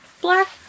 black